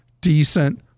decent